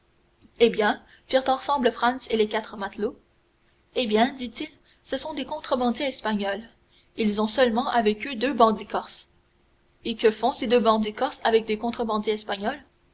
eh bien firent ensemble franz et les quatre matelots eh bien dit-il ce sont des contrebandiers espagnols ils ont seulement avec eux deux bandits corses et que font ces deux bandits corses avec des contrebandiers espagnols